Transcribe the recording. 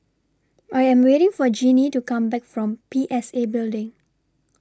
I Am waiting For Genie to Come Back from P S A Building